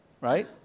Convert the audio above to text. Right